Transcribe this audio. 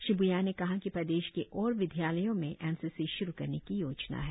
श्री भ्या ने कहा कि प्रदेश के और विद्यालयों में एन सी सी श्रु करने की योजना है